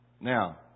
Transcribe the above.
Now